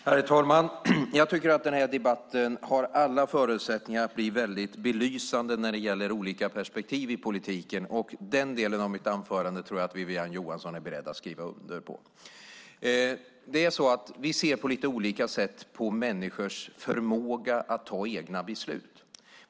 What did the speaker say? Herr talman! Den här debatten har alla förutsättningar att belysa olika perspektiv i politiken. Den delen av mitt anförande tror jag att Wiwi-Anne Johansson är beredd att skriva under på. Vi ser lite olika på människors förmåga att ta egna beslut.